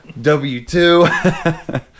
W2